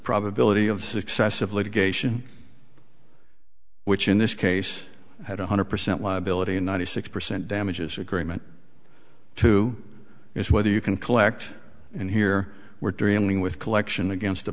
probability of success of litigation which in this case had one hundred percent liability and ninety six percent damages agreement two is whether you can collect and here we're dealing with collection against